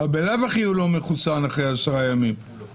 ממילא אחרי 10 ימים הוא לא מחוסן.